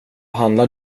handlar